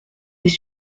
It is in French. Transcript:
des